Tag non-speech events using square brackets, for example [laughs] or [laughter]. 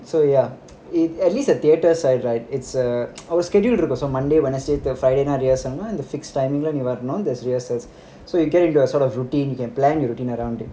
so ya it at least the theaters I right it's uh our schedule was for monday wednesday to friday [laughs] and the fixed timing [laughs] there's rehearsals so you get into a sort of routine you can plan your routine around it